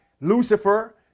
Lucifer